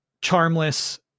charmless